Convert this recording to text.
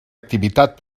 activitat